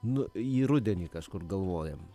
nu į rudenį kažkur galvojam